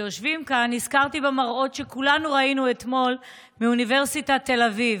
שיושבים כאן נזכרתי במראות שכולנו ראינו אתמול באוניברסיטת תל אביב.